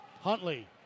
Huntley